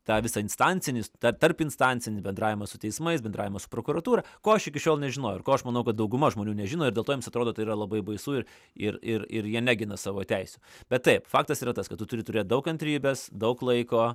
tą visą instancinį tarp tarpinstancinį bendravimą su teismais bendravimą su prokuratūra ko aš iki šiol nežinojau ir ko aš manau kad dauguma žmonių nežino ir dėl to jiems atrodo tai yra labai baisu ir ir ir ir jie negina savo teisių bet taip faktas yra tas kad tu turi turėt daug kantrybės daug laiko